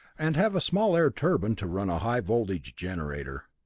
and have a small air turbine to run a high voltage generator.